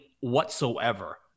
whatsoever